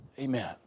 amen